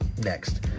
next